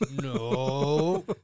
No